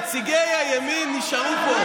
נציגי הימין נשארו פה.